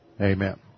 amen